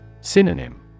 Synonym